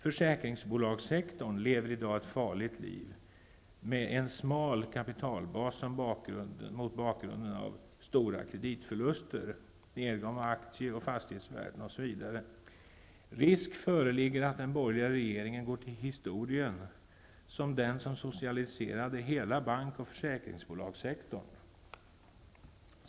Försäkringsbolagssektorn lever i dag ett farligt liv med en smal kapitalbas mot bakgrunden av stora kreditförluster, nedgång av aktie och fastighetsvärden, osv. Risk föreligger att den borgerliga regeringen går till historien som den som socialiserade hela bank och försäkringsbolagssektorn.